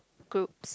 poops